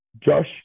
Josh